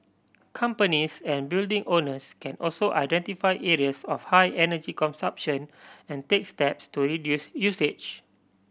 companies and building owners can also identify areas of high energy consumption and take steps to reduce usage